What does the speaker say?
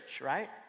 right